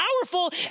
powerful